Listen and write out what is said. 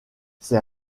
ces